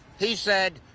he said,